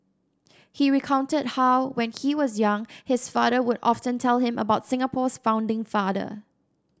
he recounted how when he was young his father would often tell him about Singapore's founding father